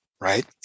right